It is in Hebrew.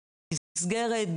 במסגרת,